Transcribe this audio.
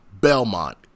Belmont